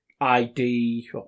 ID